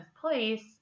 place